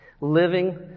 Living